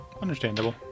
Understandable